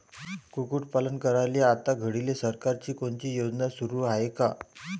कुक्कुटपालन करायले आता घडीले सरकारची कोनची योजना सुरू हाये का?